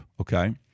okay